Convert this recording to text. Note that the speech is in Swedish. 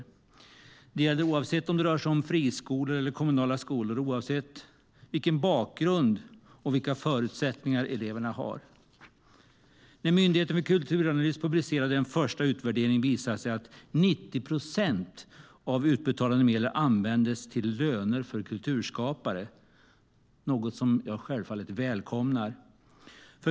Detta gäller oavsett om det rör sig om friskolor eller kommunala skolor och oavsett vilken bakgrund och vilka förutsättningar eleverna har. När Myndigheten för kulturanalys publicerade en första utvärdering visade det sig att 90 procent av de utbetalade medlen användes till löner för kulturskapare, något jag självfallet välkomnar.